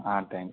ஆ thanks